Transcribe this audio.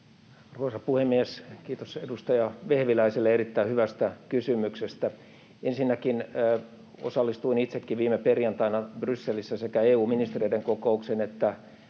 Arvoisa puhemies! Kiitos edustaja Vehviläiselle erittäin hyvästä kysymyksestä. Ensinnäkin osallistuin itsekin viime perjantaina Brysselissä sekä EU-ministereiden kokoukseen että